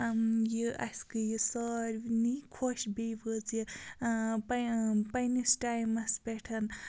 یہِ اَسہِ گٔیہِ سارنی خۄش بیٚیہِ وٲژِ پنٛنِس ٹایمَس پٮ۪ٹھ